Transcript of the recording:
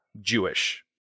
Jewish